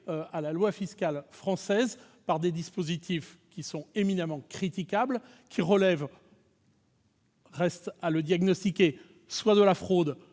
à la loi fiscale française par des dispositifs éminemment critiquables relevant- cela reste à diagnostiquer -soit de la fraude,